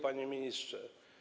Panie Ministrze!